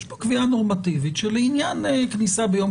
יש פה קביעה נורמטיבית שלעניין בדיקה ביום